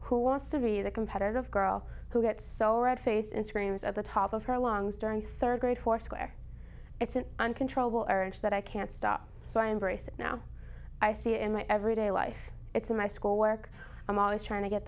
who wants to be that competitive girl who gets so red faced and screams at the top of her lungs during third grade foursquare it's an uncontrollable urge that i can't stop so i embrace it now i see it in my everyday life it's my schoolwork i'm always trying to get